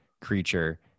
creature